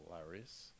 hilarious